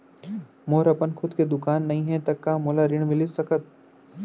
मोर अपन खुद के दुकान नई हे त का मोला ऋण मिलिस सकत?